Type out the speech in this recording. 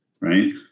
right